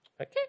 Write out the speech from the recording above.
Okay